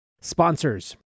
sponsors